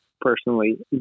personally